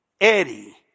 Eddie